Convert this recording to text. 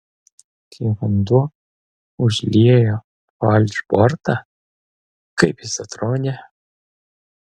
kai vanduo užliejo falšbortą kaip jis atrodė